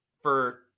for-